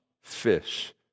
fish